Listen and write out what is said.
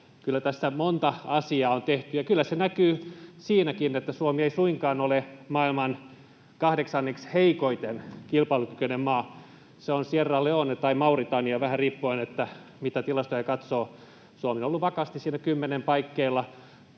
Kyllä tässä monta asiaa on tehty, ja kyllä se näkyy siinäkin, että Suomi ei suinkaan ole kilpailukyvyltään maailman kahdeksanneksi heikoin maa. Se on Sierra Leone tai Mauritania vähän riippuen, mitä tilastoja katsoo. Suomi on ollut vakaasti siinä kymmenen paikkeilla